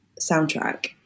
soundtrack